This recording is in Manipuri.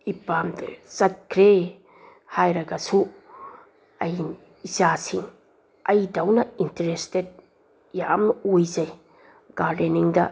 ꯏꯄꯥꯝꯗ ꯆꯠꯈ꯭ꯔꯦ ꯍꯥꯏꯔꯒꯁꯨ ꯑꯩ ꯏꯆꯥꯁꯤꯡ ꯑꯩꯗꯧꯅ ꯏꯟꯇꯔꯦꯁꯇꯦꯠ ꯌꯥꯝ ꯑꯣꯏꯖꯩ ꯒꯥꯔꯗꯦꯟꯅꯤꯡꯗ